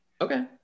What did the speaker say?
Okay